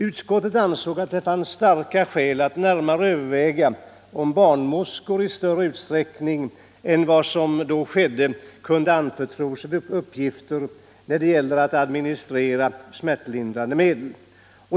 Utskottet ansåg att det fanns starka skäl för att närmare överväga om barnmorskor i större utsträckning kunde anförtros uppgifter när det gällde att administrera smärtlindrande medel.